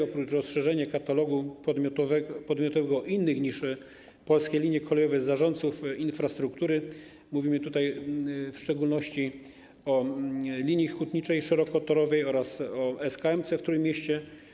Oprócz rozszerzenia katalogów podmiotowo innych niż Polskie Linie Kolejowe zarządców infrastruktury mówimy tutaj w szczególności o linii hutniczej szerokotorowej oraz o SKM w Trójmieście.